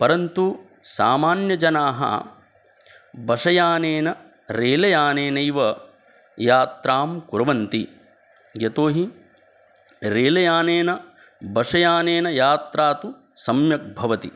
परन्तु सामान्यजनाः बशयानेन रेलयानेनैव यात्रां कुर्वन्ति यतो हि रेलयानेन बशयानेन यात्रा तु सम्यक् भवति्